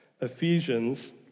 Ephesians